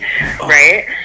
right